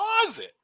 closet